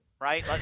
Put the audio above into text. Right